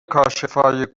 کاشفای